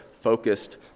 focused